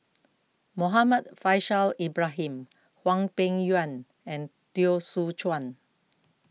Muhammad Faishal Ibrahim Hwang Peng Yuan and Teo Soon Chuan